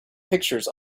pictures